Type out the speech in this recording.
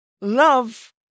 love